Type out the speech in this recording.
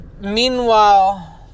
Meanwhile